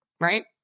Right